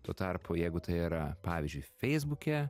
tuo tarpu jeigu tai yra pavyzdžiui feisbuke